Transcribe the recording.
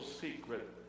secret